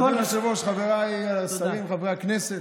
אדוני היושב-ראש, חבריי השרים, חבריי חברי הכנסת,